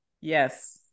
yes